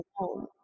alone